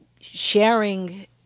sharing